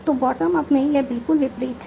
तो bottom up में यह बिल्कुल विपरीत है